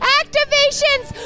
activations